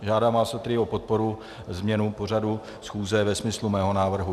Žádám vás tedy o podporu změny pořadu schůze ve smyslu mého návrhu.